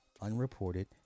unreported